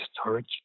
storage